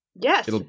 Yes